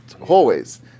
hallways